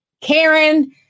Karen